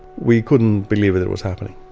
we couldn't believe that it was happening,